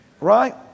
Right